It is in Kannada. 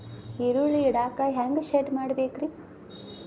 ಈರುಳ್ಳಿ ಇಡಾಕ ಹ್ಯಾಂಗ ಶೆಡ್ ಮಾಡಬೇಕ್ರೇ?